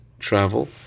travel